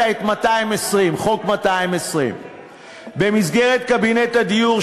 את 220. חוק 220. במסגרת קבינט הדיור,